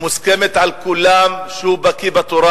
מוסכמת על כולם, שהוא בקי בתורה,